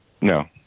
No